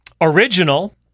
original